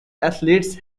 athletes